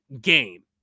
game